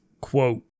quote